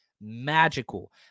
magical